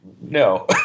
no